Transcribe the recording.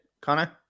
Connor